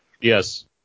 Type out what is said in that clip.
Yes